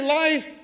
life